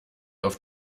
auf